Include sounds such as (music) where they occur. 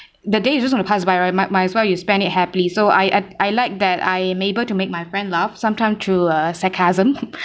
the day is just going to pass by right might might as well you spend it happily so I I like that I am able to make my friend laughed sometime through uh sarcasm (laughs)